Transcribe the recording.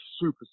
super